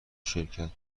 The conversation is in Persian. شرکت